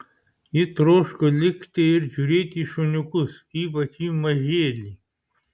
ji troško likti ir žiūrėti į šuniukus ypač į mažėlį